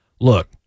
look